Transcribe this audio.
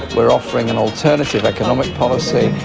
we're offering an alternative economic policy,